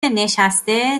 نشسته